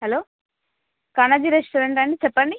hello Kamoji restaurant అండి చెప్పండి